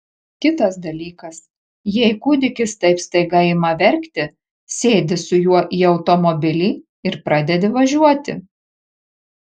kitas dalykas jei kūdikis taip staiga ima verkti sėdi su juo į automobilį ir pradedi važiuoti